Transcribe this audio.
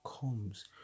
comes